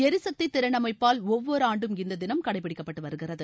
எரிசக்தி திறன் அமைப்பால் ஒவ்வொரு ஆண்டும் இந்த தினம் கடைபிடிக்கப்பட்டு வருகிறது